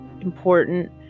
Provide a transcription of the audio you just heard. important